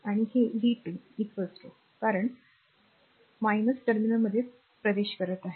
आणि हे v 2 कारण टर्मिनलमध्ये प्रवेश केला आहे